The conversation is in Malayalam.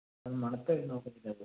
അത് മണത്ത് നോക്കുന്നില്ല അത്